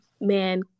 man